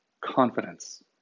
confidence